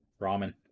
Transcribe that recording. Ramen